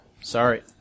Sorry